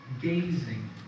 Gazing